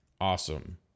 awesome